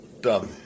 dumb